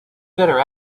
better